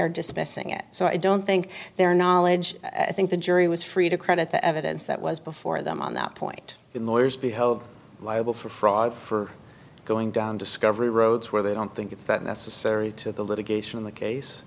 they're dispensing it so i don't think their knowledge i think the jury was free to credit the evidence that was before them on that point when the lawyers be held liable for fraud for going down discovery roads where they don't think it's that necessary to the litigation in the case